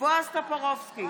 בועז טופורובסקי,